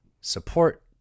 support